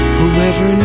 Whoever